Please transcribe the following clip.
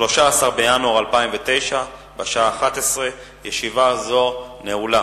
13 בינואר 2009, בשעה 11:00. ישיבה זו נעולה.